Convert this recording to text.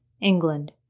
England